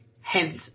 hence